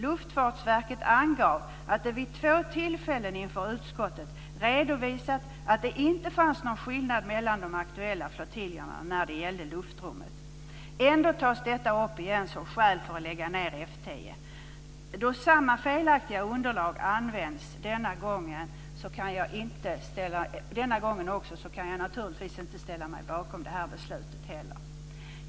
Luftfartsverket angav att man vid två tillfällen inför utskottet redovisat att det inte fanns någon skillnad mellan de aktuella flottiljerna när det gällde luftrummet. Ändå tas detta upp igen som skäl för att lägga ned F 10. Då samma felaktiga underlag används denna gång också kan jag naturligtvis inte ställa mig bakom det här beslutet heller.